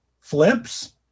flips